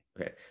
okay